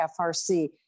FRC